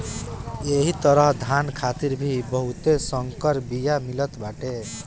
एही तरहे धान खातिर भी बहुते संकर बिया मिलत बाटे